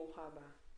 ברוכה הבאה.